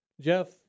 Jeff